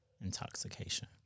intoxication